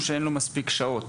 או שאין לו מספיק שעות?